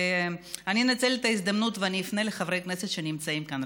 אני אנצל את ההזדמנות ואני אפנה לחברי הכנסת שנמצאים כאן.